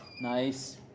nice